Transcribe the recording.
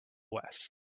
west